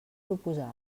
proposar